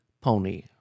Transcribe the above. Pony